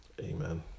Amen